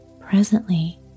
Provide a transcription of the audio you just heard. Presently